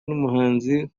n’umuhanzi